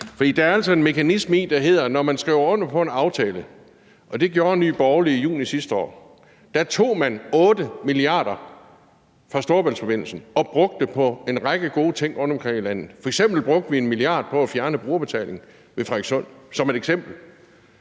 – er der altså en mekanisme, der hedder, at når man skriver under på en aftale – og det gjorde Nye Borgerlige i juni sidste år, hvor man tog 8 milliarder fra Storebæltsforbindelsen og brugte dem på en række gode ting rundtomkring i landet, f.eks. brugte vi 1 milliard på at fjerne brugerbetaling ved Frederikssund – hvordan